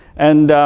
and